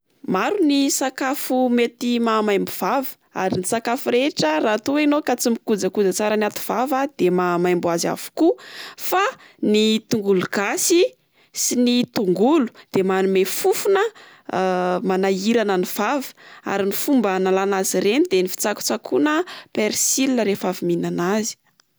Maro ny sakafo mety mahamaimbo vava, ary ny sakafo rehetra raha toa ianao ka tsy mahay mikojakoja ny aty vava de mahamaimbo azy avokoa, fa ny tongolo gasy sy ny tongolo dia manome fofona manahirana ny vava ary ny fomba analana azy ireny de ny fitsakotsakoana persila rehefa avy mihinana azy.